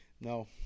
No